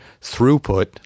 throughput